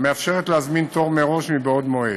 המאפשרת להזמין תור מראש מבעוד מועד.